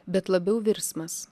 bet labiau virsmas